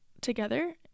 together